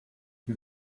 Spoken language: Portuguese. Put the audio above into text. meu